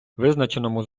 визначеному